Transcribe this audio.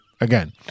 again